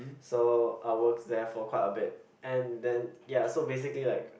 so I works there for quite a bit and then ya so basically like